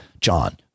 John